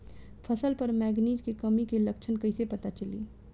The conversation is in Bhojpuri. फसल पर मैगनीज के कमी के लक्षण कइसे पता चली?